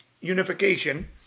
unification